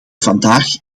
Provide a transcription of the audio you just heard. vandaag